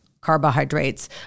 carbohydrates